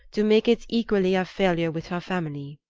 to make it equally a failure with her family.